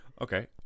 Okay